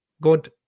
God